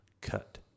cut